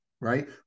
right